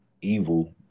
evil